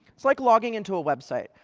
it's like logging into a website.